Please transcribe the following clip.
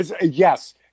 Yes